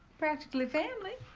practically family.